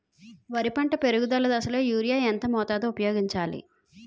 వరి పంట పెరుగుదల దశలో యూరియా ఎంత మోతాదు ఊపయోగించాలి?